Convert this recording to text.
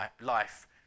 life